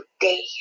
today